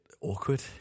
awkward